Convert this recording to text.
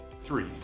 Three